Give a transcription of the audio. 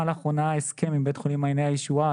לאחרונה הסכם עם בית החולים מעייני הישוע,